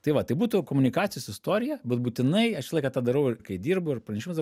tai va tai būtų komunikacijos istorija bet būtinai aš visą laiką tą darau ir kai dirbu ir pranešimus darau